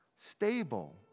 Stable